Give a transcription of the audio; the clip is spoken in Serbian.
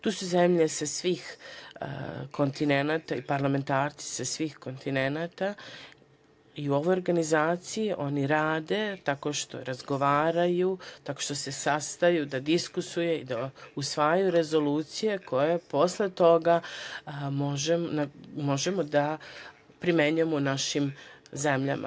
Tu su zemlje sa svih kontinenata i parlamentarci sa svih kontinenata i u ovoj organizaciji oni rade tako što razgovaraju, tako što se sastaju da diskutuju i da usvajaju rezolucije koje posle toga možemo da primenjujemo u našim zemljama.